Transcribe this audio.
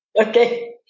Okay